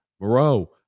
Moreau